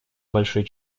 большой